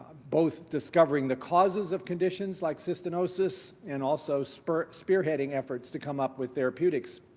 both discovering the causes of conditions like cystinosis and also so but spearheading efforts to come up with therapeutics,